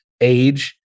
age